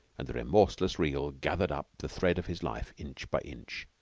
and the remorseless reel gathered up the thread of his life inch by inch.